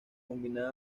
combinaba